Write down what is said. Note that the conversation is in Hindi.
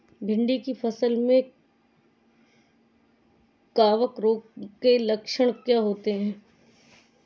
भिंडी की फसल में कवक रोग के लक्षण क्या है?